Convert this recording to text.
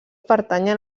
pertanyen